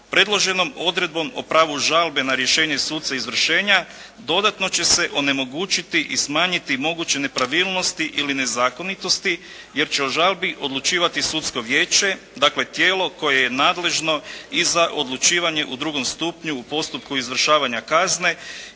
predloženom odredbom o pravu žalbe na rješenje suca izvršenja dodatno će se onemogućiti i smanjiti moguće nepravilnosti i nezakonitosti jer će o žalbi odlučivati sudsko vijeće, dakle tijelo koje je nadležno i za odlučivanje u drugom stupnju u postupku izvršavanja kazne